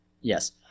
Yes